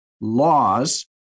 laws